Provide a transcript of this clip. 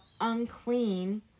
unclean